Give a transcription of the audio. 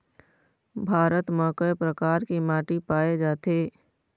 भारत म कय प्रकार के माटी पाए जाथे?